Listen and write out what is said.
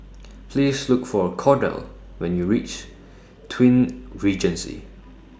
Please Look For Kordell when YOU REACH Twin Regency